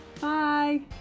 Bye